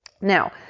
Now